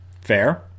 Fair